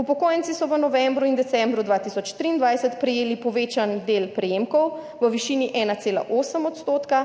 Upokojenci so v novembru in decembru 2023 prejeli povečan del prejemkov v višini 1,8 odstotka,